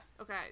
Okay